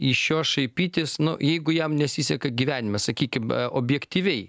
iš jo šaipytis nu jeigu jam nesiseka gyvenime sakykim objektyviai